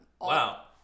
Wow